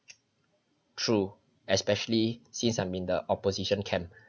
true especially since I'm in the opposition camp